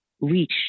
reach